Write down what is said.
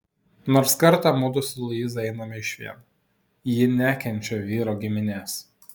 nors kartą mudu su luiza einame išvien ji nekenčia vyro giminės